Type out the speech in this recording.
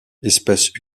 espèce